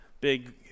big